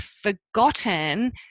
forgotten